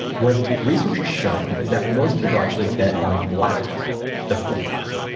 what research has shown is that most people actually bet on black the fourth time.